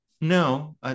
no